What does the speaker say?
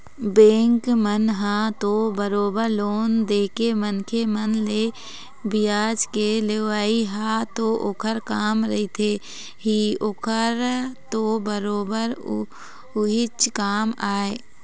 bank मन ह तो बरोबर लोन देके मनखे मन ले बियाज के लेवई ह तो ओखर काम रहिथे ही ओखर तो बरोबर उहीच काम आय